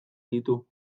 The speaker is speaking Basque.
ditu